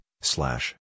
slash